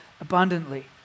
abundantly